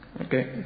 Okay